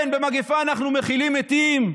כן, במגפה אנחנו מכילים מתים,